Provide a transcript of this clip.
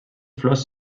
flors